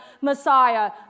Messiah